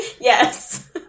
Yes